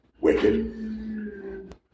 Wicked